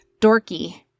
dorky